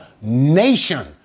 nation